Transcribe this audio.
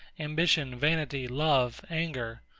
ambition, vanity, love, anger?